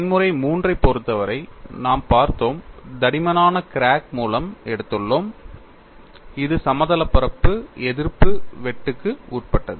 பயன்முறை III ஐப் பொறுத்தவரை நாம் பார்த்தோம் தடிமனான கிராக் மூலம் எடுத்துள்ளோம் அது சமதளப் பரப்பு எதிர்ப்பு வெட்டுக்கு உட்பட்டது